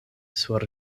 sur